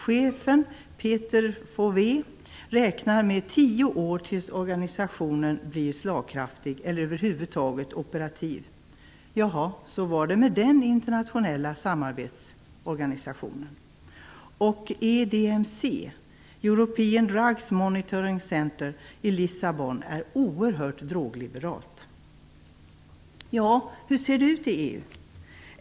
Chefen Peter Vowé räknar med tio år tills organisationen blir slagkraftig eller över huvud taget operativ. Jaha, så var det med den internationella samarbetsorganisationen. EDMC, European Drugs Monitoring Center i Lissabon, är oerhört drogliberalt. Hur ser det ut i EU?